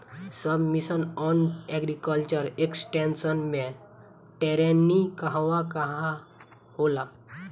सब mission on agriculture extension मै टेरेनीं कहवा कहा होला?